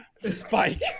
Spike